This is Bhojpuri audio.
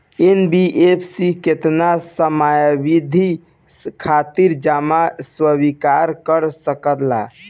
एन.बी.एफ.सी केतना समयावधि खातिर जमा स्वीकार कर सकला?